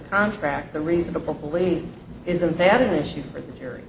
contract the reasonable belief isn't there an issue for the jury